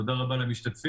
תודה רבה למשתתפים.